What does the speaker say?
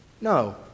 No